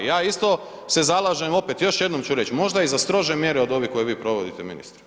Ja isto se zalažem opet, još jednom ću reć, možda i za strože mjere od ovih koje vi provodite ministre.